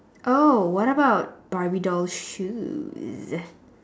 oh what about barbie doll shoes